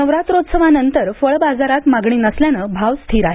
नवरात्रौत्सवानंतर फळ बाजारात मागणी नसल्याने भाव स्थिर आहे